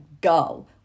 go